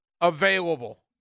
available